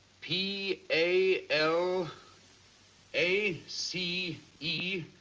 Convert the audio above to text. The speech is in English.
p a l a c e,